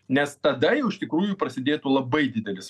nes tada jau iš tikrųjų prasidėtų labai didelis